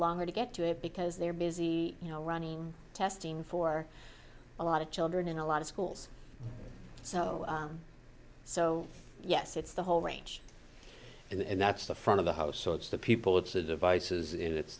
longer to get to it because they're busy you know running testing for a lot of children in a lot of schools so so yes it's the whole range and that's the front of the house so it's the people it's the devices